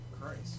Christ